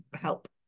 help